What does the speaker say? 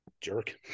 jerk